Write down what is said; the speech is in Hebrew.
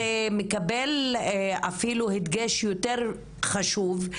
זה מקבל אפילו דגש יותר חשוב,